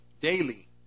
daily